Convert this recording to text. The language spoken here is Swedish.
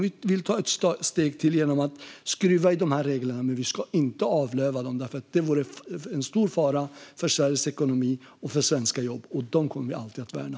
Vi vill ta ett steg till genom att skruva i de reglerna. Men vi ska inte avlöva dem. Det vore en stor fara för Sveriges ekonomi och för svenska jobb. Och dem kommer vi alltid att värna.